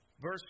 Verse